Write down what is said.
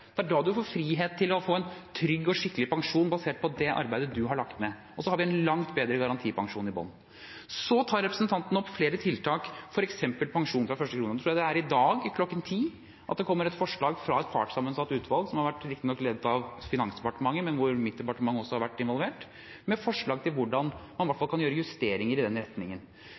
Det er da du får frihet til å få en trygg og skikkelig pensjon basert på det arbeidet du har lagt ned. Og så har vi en langt bedre garantipensjon i bunnen. Så tar representanten opp flere tiltak, f.eks. pensjon fra første krone. Jeg tror det er i dag kl. 10 at det kommer et forslag fra et partssammensatt utvalg, som riktignok har vært ledet av Finansdepartementet, men hvor mitt departement også har vært involvert, til hvordan man i hvert fall kan gjøre justeringer i den retningen.